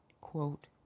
Quote